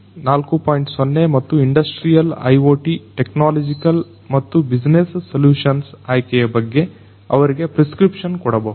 0 ಮತ್ತು industrial IoT technological ಮತ್ತು business solutions ಆಯ್ಕೆಯ ಬಗ್ಗೆ ಅವರಿಗೆ ಪ್ರೆಸ್ಕ್ರಿಪ್ಷನ್ ಕೊಡಬಹುದು